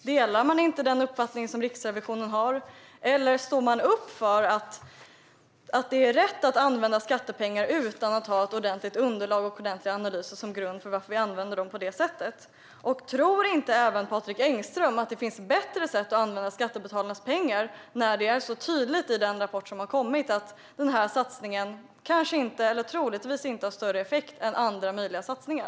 Delar man inte den uppfattning som Riksrevisionen har, eller står man upp för att det är rätt att använda skattepengar utan att ha ett ordentligt underlag och ordentliga analyser som grund för hur vi använder dem? Och tror inte även Patrik Engström att det finns bättre sätt att använda skattebetalarnas pengar när det tydligt framgår av den rapport som har kommit att denna satsning troligtvis inte har större effekt än andra möjliga satsningar?